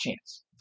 chance